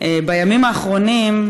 בימים האחרונים,